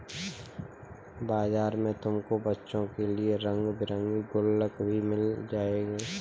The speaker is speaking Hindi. बाजार में तुमको बच्चों के लिए रंग बिरंगे गुल्लक भी मिल जाएंगे